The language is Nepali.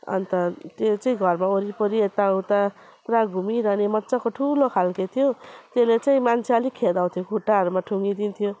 अन्त त्यो चाहिँ घरमा वरिपरि यताउता पुरा घुमिरहने मजाको ठुलो खालके थियो त्यसले चाहिँ मान्छे अलिक खेदाउँथ्यो खुट्टाहरूमा ठुँगिदिन्थ्यो